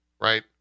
right